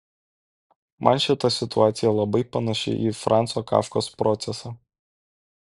man šita situacija labai panaši į franco kafkos procesą